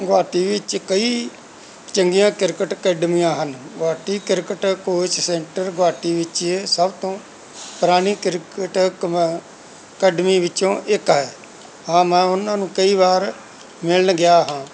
ਗੁਹਾਟੀ ਵਿੱਚ ਕਈ ਚੰਗੀਆਂ ਕ੍ਰਿਕਟ ਅਕੈਡਮੀਆਂ ਹਨ Guwahati cricket coach centre Guwahati ਵਿੱਚ ਸਭ ਤੋਂ ਪੁਰਾਣੀ ਕ੍ਰਿਕਟ ਅਕੈਡਮੀ ਵਿੱਚੋਂ ਇੱਕ ਹੈ ਹਾਂ ਮੈਂ ਉਹਨਾਂ ਨੂੰ ਕਈ ਵਾਰ ਮਿਲਣ ਗਿਆ ਹਾਂ